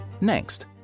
Next